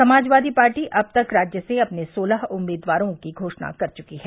Samajwadi Party अब तक राज्य से अपने सोलह उम्मीदवारों की घोषणा कर चुकी है